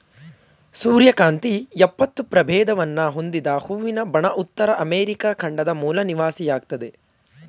ಸೂರ್ಯಕಾಂತಿ ಎಪ್ಪತ್ತು ಪ್ರಭೇದವನ್ನು ಹೊಂದಿದ ಹೂವಿನ ಬಣ ಉತ್ತರ ಅಮೆರಿಕ ಖಂಡದ ಮೂಲ ನಿವಾಸಿಯಾಗಯ್ತೆ